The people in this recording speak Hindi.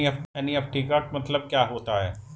एन.ई.एफ.टी का मतलब क्या होता है?